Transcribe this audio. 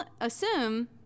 assume